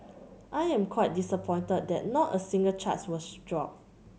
I am quite disappointed that not a single charge was dropped